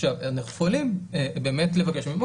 עכשיו אנחנו יכולים באמת לבקש מהם,